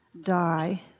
die